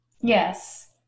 Yes